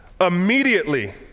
immediately